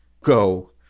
go